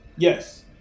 Yes